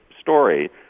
story